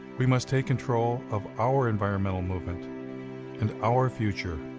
we must take control of our environmental movement and our future